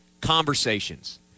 conversations